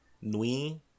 Nui